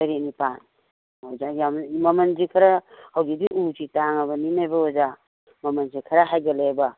ꯇꯔꯦꯠ ꯅꯤꯄꯥꯟ ꯑꯣꯖꯥ ꯌꯥꯝ ꯃꯃꯟꯗꯤ ꯈꯔ ꯍꯧꯖꯤꯛꯇꯤ ꯎꯁꯤ ꯇꯥꯡꯉꯕꯅꯤꯅꯕ ꯑꯣꯖꯥ ꯃꯃꯟꯁꯦ ꯈꯔ ꯍꯥꯏꯒꯠꯂꯦꯕ